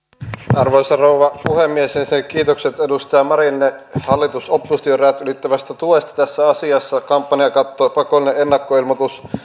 arvoisa rouva puhemies ensinnäkin kiitokset edustaja marinille hallitus oppositio rajat ylittävästä tuesta tässä asiassa kampanjakatto pakollinen ennakkoilmoitus